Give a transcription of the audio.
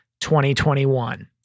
2021